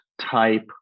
type